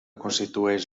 constitueix